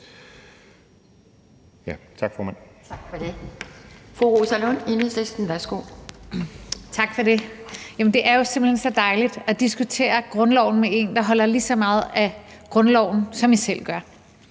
Tak for det.